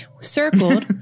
circled